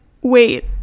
wait